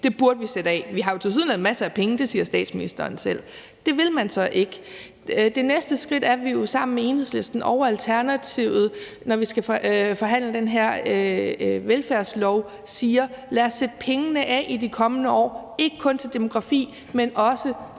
burde vi sætte af. Vi har tilsyneladende masser af penge. Det siger statsministeren selv, men det vil man så ikke. Det næste skridt er, at vi sammen med Enhedslisten og Alternativet, når vi skal forhandle den her velfærdslov, siger: Lad os sætte pengene af i de kommende år, ikke kun til demografi, men også